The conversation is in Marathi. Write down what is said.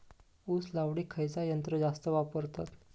ऊस लावडीक खयचा यंत्र जास्त वापरतत?